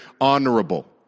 honorable